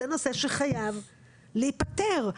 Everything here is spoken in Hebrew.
זה נושא שחייב להיפתר.